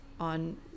On